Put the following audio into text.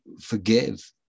forgive